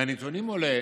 מהנתונים עולה